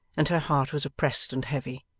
and her heart was oppressed and heavy.